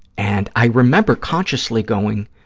and i remember consciously going,